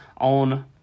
on